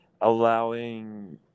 allowing